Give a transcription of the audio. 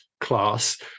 class